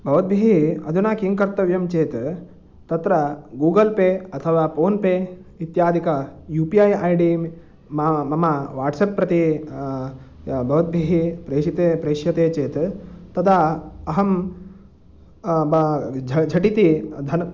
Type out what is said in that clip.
भवद्भिः अधुना किं कर्तव्यं चेत् तत्र गूगल्पे अथवा फ़ोन्पे इत्यादिक युपिऐ ऐडीं मा मम वाट्सप् प्रति भवद्भिः प्रेषिते प्रेष्यते चेत् तदा अहं ब झटिति धन